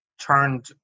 turned